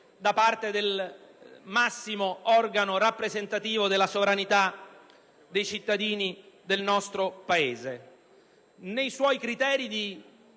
da parte del massimo organo rappresentativo della sovranità dei cittadini del nostro Paese. Nei suoi criteri di